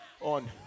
on